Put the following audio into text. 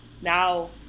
now